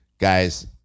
Guys